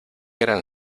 gran